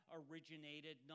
originated